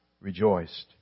rejoiced